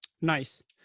Nice